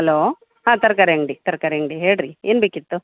hello ಹಾಂ ತರಕಾರಿ ಅಂಗಡಿ ತರಕಾರಿ ಅಂಗಡಿ ಹೇಳಿರಿ ಏನು ಬೇಕಿತ್ತು